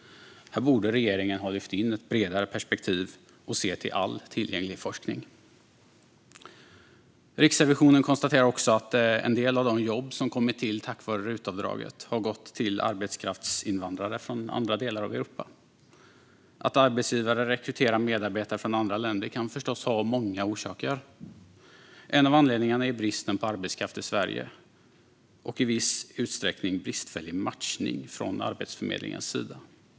Här borde regeringen ha lyft in ett bredare perspektiv och sett till all tillgänglig forskning. Riksrevisionen konstaterar också att en del av de jobb som kommit till tack vare RUT-avdraget har gått till arbetskraftsinvandrare från andra delar av Europa. Att arbetsgivare rekryterar medarbetare från andra länder kan förstås ha många orsaker. En av anledningarna är bristen på arbetskraft i Sverige och i viss utsträckning bristfällig matchning från Arbetsförmedlingens sida.